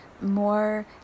more